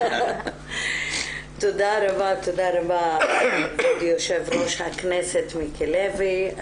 תודה רבה כבוד יו"ר הכנסת מיקי לוי,